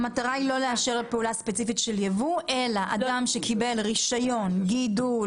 המטרה היא לא לאשר פעולה ספציפית של יבוא אלא אדם שקיבל רישיון גידול,